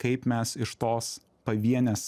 kaip mes iš tos pavienės